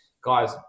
guys